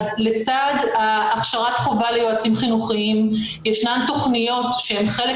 לצד הכשרת החובה ליועצים חינוכיים ישנן תכניות שהן חלק